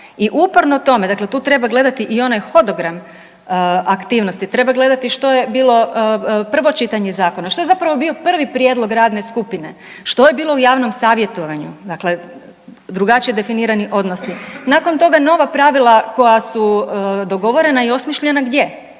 i uporno tome, dakle tu treba gledati onaj hodogram aktivnosti, treba gledati što je bilo prvo čitanje zakona, što je zapravo bio prvi prijedlog radne skupine, što je bilo u javnom savjetovanju, dakle drugačije definirani odnosi. Nakon toga nova pravila koja su dogovorena i osmišljena, gdje?